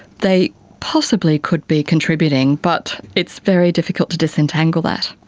they possibly could be contributing. but it's very difficult to disentangle that.